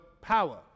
power